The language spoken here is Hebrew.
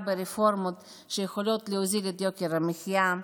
ברפורמות שיכולות להוריד את יוקר המחיה,